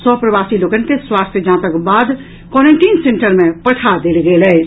सभ प्रवासी लोकनि के स्वास्थ्य जांचक बाद क्वारेंटीन सेन्टर मे पठा देल गेल अछि